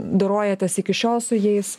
dorojatės iki šiol su jais